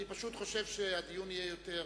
אני פשוט חושב שהדיון יהיה יותר,